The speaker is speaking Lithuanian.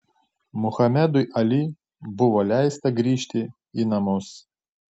muhamedui ali buvo leista grįžti į namus